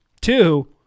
Two